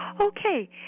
Okay